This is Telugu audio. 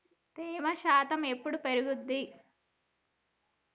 తేమ శాతం ఎప్పుడు పెరుగుద్ది?